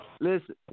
listen